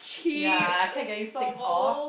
ya I kept getting six off